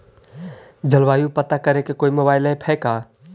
जलवायु पता करे के कोइ मोबाईल ऐप है का?